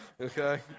Okay